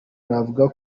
navuga